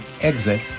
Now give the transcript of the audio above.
Exit